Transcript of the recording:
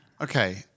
Okay